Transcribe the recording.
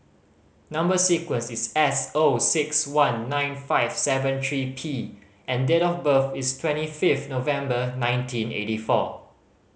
number sequence is S O six one nine five seven three P and date of birth is twenty fifth November nineteen eighty four